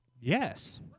Yes